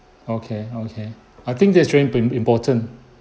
okay okay I think that's very important